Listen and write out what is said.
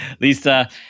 Lisa